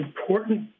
important